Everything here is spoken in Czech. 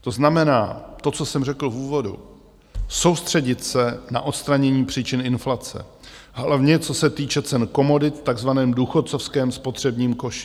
To znamená, to, co jsem řekl v úvodu, soustředit se na odstranění příčin inflace, hlavně co se týče cen komodit v takzvaném důchodcovském spotřebním koši.